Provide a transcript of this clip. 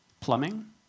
plumbing